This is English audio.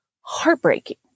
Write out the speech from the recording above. heartbreaking